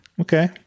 Okay